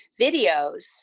videos